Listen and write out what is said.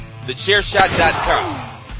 TheChairShot.com